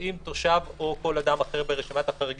אם תושב או כל אדם אחר ברשימת החריגים,